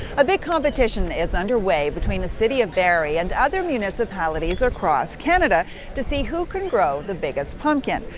a big competition is underway between the city of barrie and other municipalities across canada to see who can grow the biggest pumpkin.